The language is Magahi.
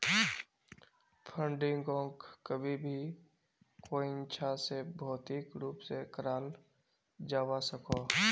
फंडिंगोक कभी भी कोयेंछा से भौतिक रूप से कराल जावा सकोह